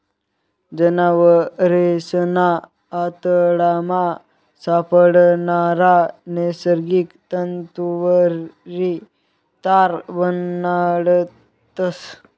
जनावरेसना आतडामा सापडणारा नैसर्गिक तंतुवरी तार बनाडतस